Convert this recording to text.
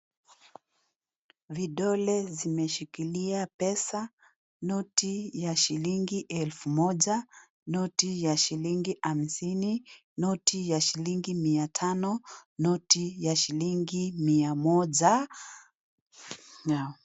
Vidole zimeshikiliwa pesa. Noti ya shilingi elfu moja, noti ya shilingi hamsini, noti ya shilingi mia tano, noti ya shilingi mia moja.